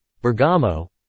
Bergamo